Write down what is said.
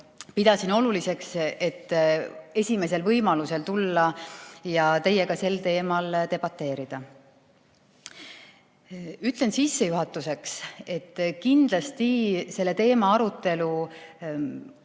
pidasin oluliseks, et esimesel võimalusel tulla ja teiega sel teemal debateerida. Ütlen sissejuhatuseks, et kindlasti selle teema arutelu